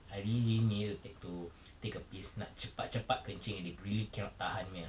I really really needed to take to take a piss nak cepat-cepat kencing and it really cannot tahan punya